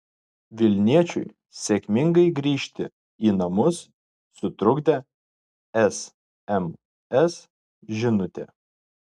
vilniečiui sėkmingai grįžti į namus sutrukdė sms žinutė